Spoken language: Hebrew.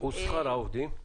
מה לגבי שכר העובדים?